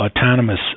autonomous